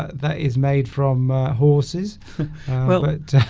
that is made from horses well it